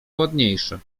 ładniejsze